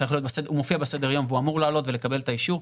הוא מופיע בסדר היום והוא אמור לעלות ולקבל את האישור,